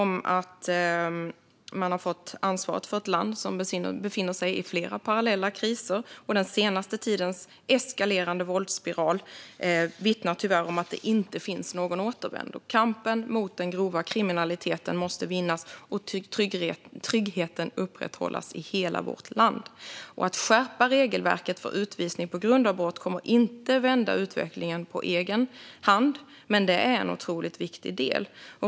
Man har fått ansvar för ett land som befinner sig i flera parallella kriser, och den senaste tidens eskalerande våldsspiral vittnar tyvärr om att det inte finns någon återvändo. Kampen mot den grova kriminaliteten måste vinnas och tryggheten upprätthållas i hela vårt land. En skärpning av regelverket för utvisning på grund av brott kommer inte att vända utvecklingen på egen hand, men det är en otroligt viktig del.